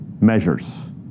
measures